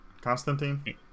Constantine